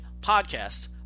podcast